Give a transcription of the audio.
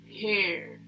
hair